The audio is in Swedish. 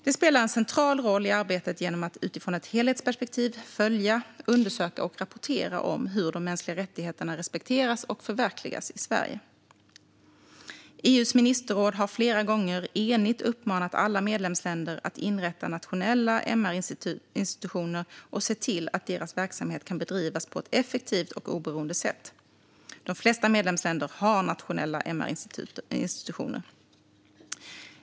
Det spelar en central roll i arbetet genom att utifrån ett helhetsperspektiv följa, undersöka och rapportera om hur de mänskliga rättigheterna respekteras och förverkligas i Sverige. EU:s ministerråd har flera gånger enigt uppmanat alla medlemsländer att inrätta nationella MR-institutioner och se till att deras verksamhet kan bedrivas på ett effektivt och oberoende sätt. De flesta medlemsländer har nationella MR-institutioner.